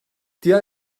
diğer